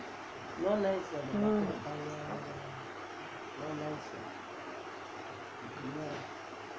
mm